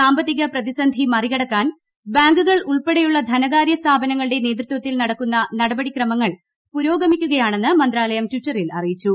സാമ്പത്തിക പ്രതിസന്ധി മറികടക്കാൻ ബാങ്കുകൾ ഉൾപ്പെടെയുള്ള ധനകാര്യ സ്ഥാപനങ്ങളുടെ നേതൃത്വത്തിൽ നടക്കുന്ന നടപടിക്രമങ്ങൾ പുരോഗമിക്കുകയാണെന്ന് മന്ത്രാലയം ടിറ്ററിൽ അറിയിച്ചു